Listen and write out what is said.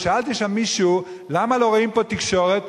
שאלתי שם מישהו למה לא רואים פה תקשורת,